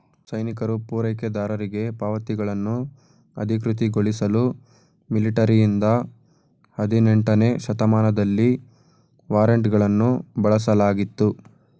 ಸೈನಿಕರು ಪೂರೈಕೆದಾರರಿಗೆ ಪಾವತಿಗಳನ್ನು ಅಧಿಕೃತಗೊಳಿಸಲು ಮಿಲಿಟರಿಯಿಂದ ಹದಿನೆಂಟನೇ ಶತಮಾನದಲ್ಲಿ ವಾರೆಂಟ್ಗಳನ್ನು ಬಳಸಲಾಗಿತ್ತು